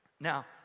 Now